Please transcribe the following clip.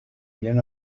bien